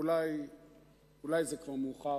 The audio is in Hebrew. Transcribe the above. אולי זה כבר מאוחר,